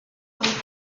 avait